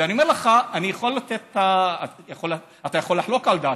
ואני אומר לך, אתה יכול לחלוק על דעתי,